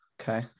Okay